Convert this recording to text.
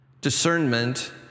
discernment